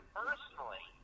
personally